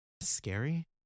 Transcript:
Scary